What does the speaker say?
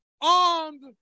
armed